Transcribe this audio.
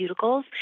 cuticles